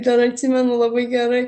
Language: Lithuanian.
dar atsimenu labai gerai